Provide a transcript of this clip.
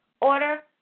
order